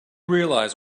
realize